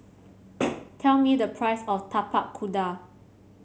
tell me the price of Tapak Kuda